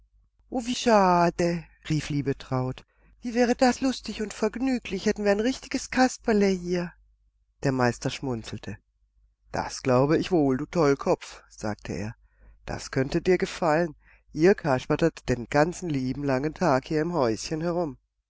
wie schade rief liebetraut wie wäre das lustig und vergnüglich hätten wir ein richtiges kasperle hier der meister schmunzelte das glaube ich wohl du tollkopf sagte er das könnte dir gefallen ihr kaspertet den ganzen lieben langen tag hier im häuschen herum